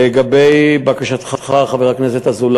להלן הנתונים